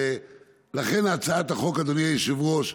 לכן הצעת החוק, אדוני היושב-ראש,